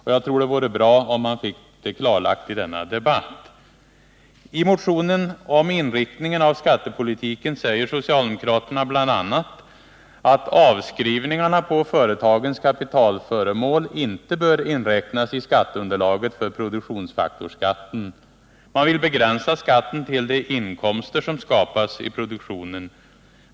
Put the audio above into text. Jag tror att det vore bra om man fick dem klarlagda i denna debatt. I motionen om inriktningen av skattepolitiken säger socialdemokraterna bl.a. att avskrivningarna på företagens kapitalföremål inte bör inräknas i skatteunderlaget för produktionsfaktorsskatten. Man vill begränsa skatten tillde inkomster som skapas i produktionen.